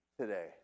today